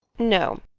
no.